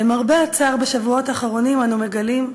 למרבה הצער, בשבועות האחרונים אנו מגלים,